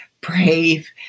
brave